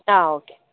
ആ ഓക്കേ